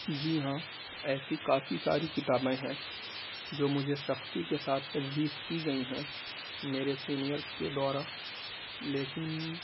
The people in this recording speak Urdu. جی ہاں ایسی کافی ساری کتابیں ہیں جو مجھے سختی کے ساتھ تجویز کی گئی ہیں میرے سینیئرس کے دوارا لیکن